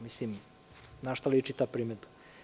Mislim, na šta liči ta primedba?